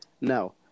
No